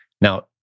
Now